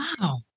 Wow